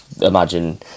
imagine